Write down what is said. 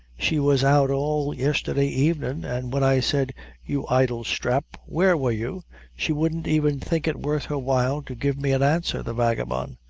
she was out all yesterday evenin', and when i said you idle sthrap, where wor you she wouldn't even think it worth her while to give me an answer, the vagabone.